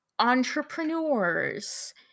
entrepreneurs